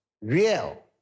Real